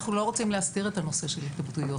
אנחנו לא רוצים להסתיר את הנושא של התאבדויות.